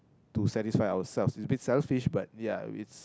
to satisfy ourselves it's a bit selfish but ya it's